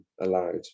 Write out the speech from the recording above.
allowed